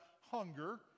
hunger